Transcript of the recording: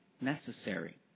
necessary